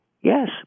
yes